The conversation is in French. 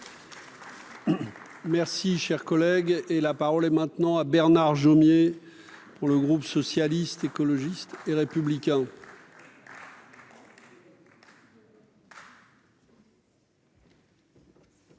Merci, cher collègue, et la parole est maintenant à Bernard Jomier pour le groupe socialiste, écologiste et républicain.